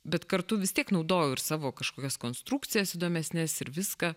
bet kartu vis tiek naudojau ir savo kažkokias konstrukcijas įdomesnes ir viską